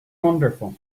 wonderful